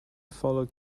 followed